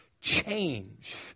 change